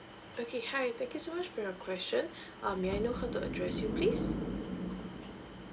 okay hi thank you so much for your question um may I know how to address you please